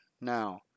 now